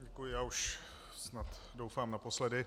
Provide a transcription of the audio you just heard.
Děkuji, já už snad doufám naposledy.